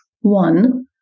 one